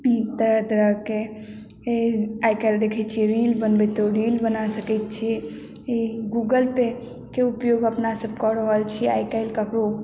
तरह तरहके आइ काल्हि देखैत छियै रील बनबैतो रील बना सकैत छी गूगल पेके उपयोग अपना सब कऽ रहल छी आइ काल्हि केकरो